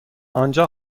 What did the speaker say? آنجا